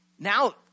Now